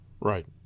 Right